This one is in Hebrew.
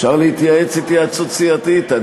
אפשר להתייעץ התייעצות סיעתית.